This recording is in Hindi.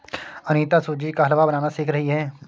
अनीता सूजी का हलवा बनाना सीख रही है